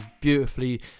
beautifully